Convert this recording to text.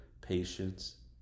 patience